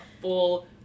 full